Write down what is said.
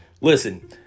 Listen